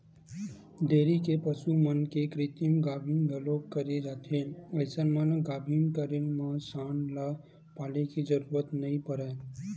dairy के पसु मन के कृतिम गाभिन घलोक करे जाथे अइसन म गाभिन करे म सांड ल पाले के जरूरत नइ परय